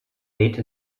ate